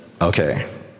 okay